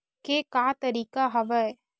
के का तरीका हवय?